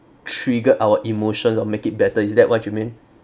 trigger our emotions or make it better is that what you mean